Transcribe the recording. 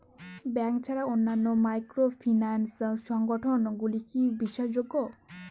Bank ছাড়া অন্যান্য microfinance সংগঠন গুলি কি বিশ্বাসযোগ্য?